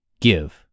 Give